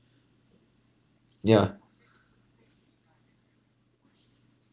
yeah